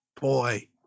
boy